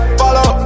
follow